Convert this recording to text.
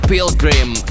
Pilgrim